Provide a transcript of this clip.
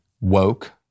woke